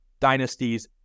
dynasties